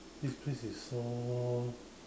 this place is so